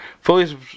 fully